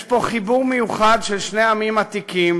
יש פה חיבור מיוחד של שני עמים עתיקים,